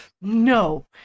no